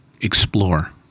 explore